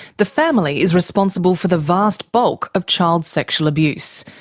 the family is responsible for the vast bulk of child sexual abuse,